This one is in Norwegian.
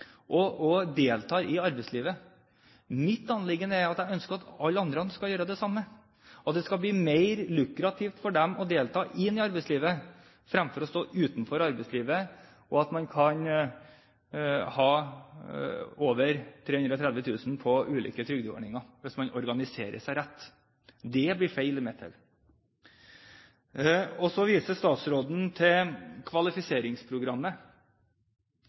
ressurssterke og deltar i arbeidslivet. Mitt anliggende er at jeg ønsker at alle andre skal gjøre det samme, at det skal bli mer lukrativt for dem å delta i arbeidslivet fremfor å stå utenfor, og at man har over 330 000 kr i ulike trygdeordninger hvis man organiserer seg riktig. Det blir feil i mitt hode. Så viser statsråden til kvalifiseringsprogrammet.